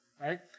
right